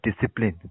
discipline